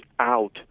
out